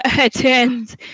attend